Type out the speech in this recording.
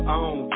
on